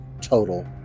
total